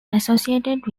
associated